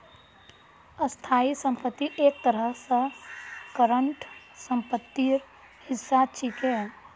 स्थाई संपत्ति एक तरह स करंट सम्पत्तिर हिस्सा छिके